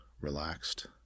relaxed